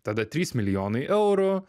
tada trys milijonai eurų